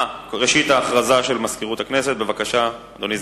אדוני סגן המזכיר, בבקשה.